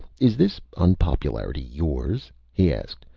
is this unpopularity yours? he asked.